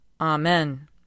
Amen